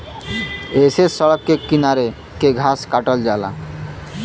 ऐसे सड़क के किनारे के घास काटल जाला